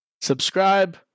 Subscribe